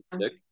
Stick